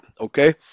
Okay